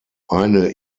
eine